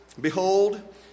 behold